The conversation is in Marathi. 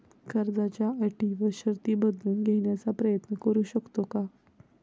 कर्जाच्या अटी व शर्ती बदलून घेण्याचा प्रयत्न करू शकतो का?